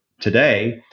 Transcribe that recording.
today